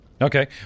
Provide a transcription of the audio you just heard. Okay